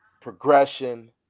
progression